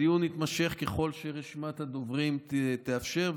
הדיון יתמשך ככל שרשימת הדוברים תאפשר.